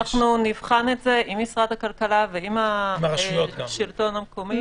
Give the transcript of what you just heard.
נבחן את זה עם משרד הכלכלה ועם השלטון המקומי.